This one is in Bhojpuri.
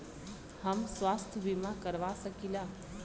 हम स्वास्थ्य बीमा करवा सकी ला?